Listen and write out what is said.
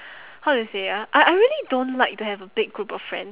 how do you say ah I I really don't like to have a big group of friend~